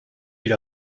bir